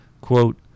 quote